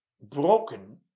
broken